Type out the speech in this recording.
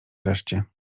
wreszcie